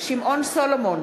שמעון סולומון,